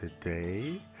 today